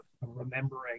remembering